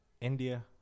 india